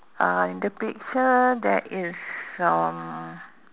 uh in the picture there is um